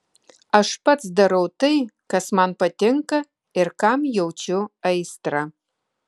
aš pats darau tai kas man patinka ir kam jaučiu aistrą